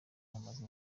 bamaze